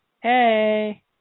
Hey